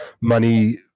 money